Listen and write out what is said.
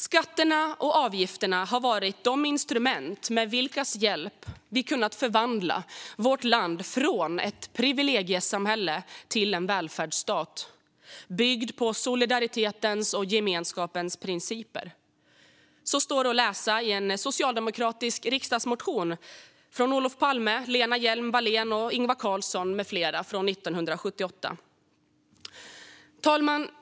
"Skatterna och avgifterna har varit de instrument med vilkas hjälp vi kunnat förvandla vårt land från ett privilegiesamhälle till en välfärdsstat byggd på solidaritetens och gemenskapens principer." Så står det att läsa i en socialdemokratisk riksdagsmotion av Olof Palme, Lena Hjelm-Wallén, Ingvar Carlsson med flera från 1978. Herr talman!